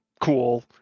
cool